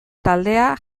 taldea